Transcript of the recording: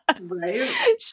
Right